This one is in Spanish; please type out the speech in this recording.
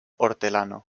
hortelano